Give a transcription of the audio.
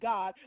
God